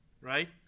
Right